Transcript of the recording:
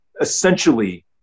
essentially